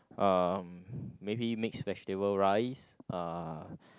uh maybe mixed vegetable rice uh